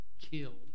killed